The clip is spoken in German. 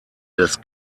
des